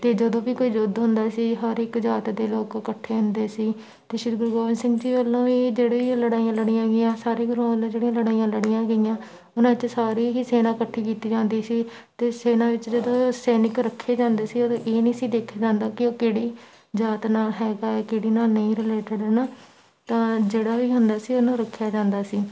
ਅਤੇ ਜਦੋਂ ਵੀ ਕੋਈ ਯੁੱਧ ਹੁੰਦਾ ਸੀ ਹਰ ਇੱਕ ਜਾਤ ਦੇ ਲੋਕ ਇਕੱਠੇ ਹੁੰਦੇ ਸੀ ਅਤੇ ਸ਼੍ਰੀ ਗੁਰੂ ਗੋਬਿੰਦ ਸਿੰਘ ਜੀ ਵੱਲੋਂ ਵੀ ਜਿਹੜੇ ਲੜਾਈਆਂ ਲੜੀਆਂ ਗਈਆਂ ਸਾਰੇ ਗੁਰੂਆਂ ਨੇ ਜਿਹੜੀਆਂ ਲੜਾਈਆਂ ਲੜੀਆਂ ਗਈਆਂ ਉਨ੍ਹਾਂ ਵਿੱਚ ਸਾਰੇ ਹੀ ਸੈਨਾ ਇਕੱਠੀ ਕੀਤੀ ਜਾਂਦੀ ਸੀ ਅਤੇ ਸੈਨਾ ਵਿੱਚ ਜਦੋਂ ਸੈਨਿਕ ਰੱਖੇ ਜਾਂਦੇ ਸੀ ਉਦੋਂ ਇਹ ਨਹੀਂ ਸੀ ਦੇਖਿਆ ਜਾਂਦਾ ਕਿ ਉਹ ਕਿਹੜੀ ਜਾਤ ਨਾਲ ਹੈਗਾ ਹੈ ਕਿਹੜੀ ਨਾਲ ਨਹੀਂ ਰਿਲੇਟਡ ਹੈ ਨਾ ਤਾਂ ਜਿਹੜਾ ਵੀ ਹੁੰਦਾ ਸੀ ਉਹਨੂੰ ਰੱਖਿਆ ਜਾਂਦਾ ਸੀ